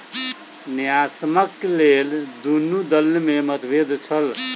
न्यायसम्यक लेल दुनू दल में मतभेद छल